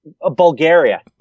Bulgaria